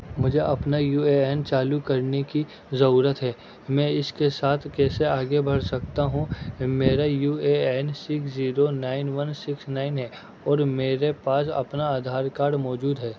مجھے اپنا U A N چالو کرنے کی ضرورت ہے میں اس کے ساتھ کیسے آگے بڑھ سکتا ہوں میرا U A N six zero nine one six nine ہے اور میرے پاس اپنا آدھار کارڈ موجود ہے